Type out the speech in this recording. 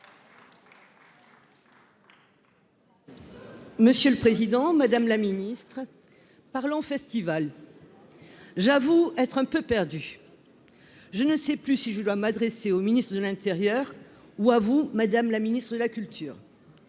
Monsieur le Président, Madame la Ministre parlons festival j'avoue être un peu perdus, je ne sais plus si je dois m'adresser au ministre de l'Intérieur, ou à vous, Madame la Ministre de la culture,